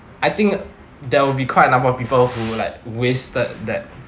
I think there will be quite a number of people who like wasted that